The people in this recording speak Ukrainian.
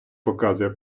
показує